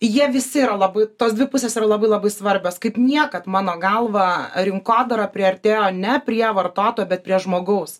jie visi yra labai tos dvi pusės yra labai labai svarbios kaip niekad mano galva rinkodara priartėjo ne prie vartotojo bet prie žmogaus